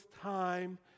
time